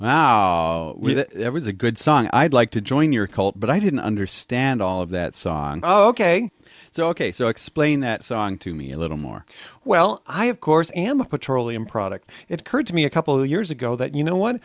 there was a good song i'd like to join your cult but i didn't understand all of that song oh ok so ok so explain that song to me a little more well i have course am a petroleum product it occurred to me a couple years ago that you know what